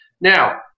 Now